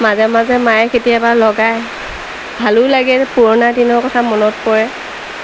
মাজে মাজে মায়ে কেতিয়াবা লগায় ভালো লাগে পুৰণা দিনৰ কথা মনত পৰে